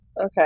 Okay